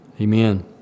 amen